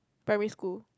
primary school